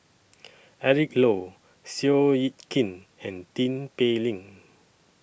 Eric Low Seow Yit Kin and Tin Pei Ling